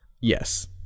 Yes